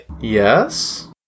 Yes